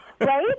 right